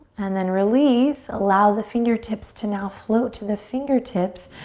and then release, allow the fingertips to now float to the fingertips.